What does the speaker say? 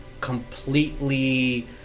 completely